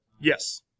Yes